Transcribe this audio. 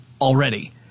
already